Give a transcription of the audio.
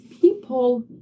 people